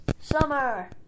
Summer